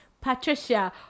patricia